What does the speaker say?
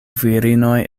virinoj